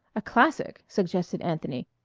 a classic, suggested anthony,